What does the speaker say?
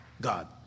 God